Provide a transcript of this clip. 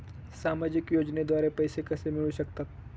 सामाजिक योजनेद्वारे पैसे कसे मिळू शकतात?